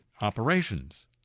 operations